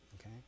Okay